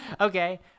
okay